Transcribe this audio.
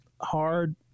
hard